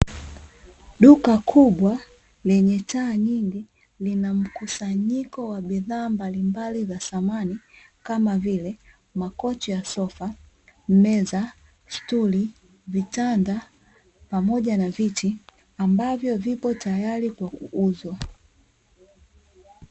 Duka kubwa lenye taa nyingi, lina mkusanyiko wa bidhaa mbalimbali za samani kama vile:makochi ya sofa, meza, stuli, vitanda pamoja na viti ambavyo vipo tayari kwa kuuzwa.